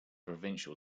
provincial